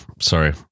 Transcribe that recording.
Sorry